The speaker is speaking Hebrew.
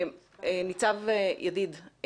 ניצב ידיד,